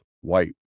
white